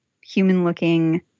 human-looking